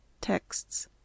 Texts